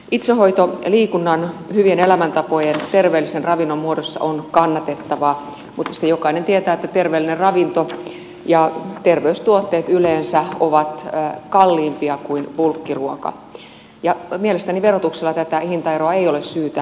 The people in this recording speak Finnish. itsehoito liikunnan hyvien elämäntapojen terveellisen ravinnon muodossa on kannatettavaa mutta sitten jokainen tietää että terveellinen ravinto ja terveystuotteet yleensä ovat kalliimpia kuin bulkkiruoka ja mielestäni verotuksella tätä hintaeroa ei ole syytä lisätä